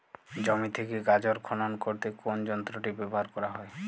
জমি থেকে গাজর খনন করতে কোন যন্ত্রটি ব্যবহার করা হয়?